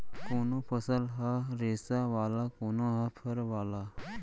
कोनो फसल ह रेसा वाला, कोनो ह फर वाला